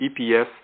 EPS